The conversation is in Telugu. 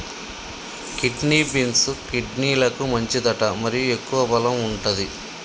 కిడ్నీ బీన్స్, కిడ్నీలకు మంచిదట మరియు ఎక్కువ బలం వుంటది